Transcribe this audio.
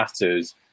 matters